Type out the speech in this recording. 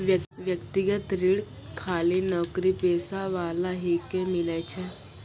व्यक्तिगत ऋण खाली नौकरीपेशा वाला ही के मिलै छै?